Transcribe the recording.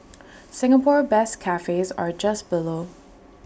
Singapore best cafes are just below